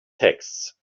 texts